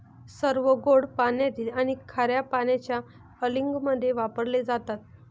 सर्व गोड पाण्यातील आणि खार्या पाण्याच्या अँलिंगमध्ये वापरले जातात